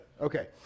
Okay